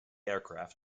aircraft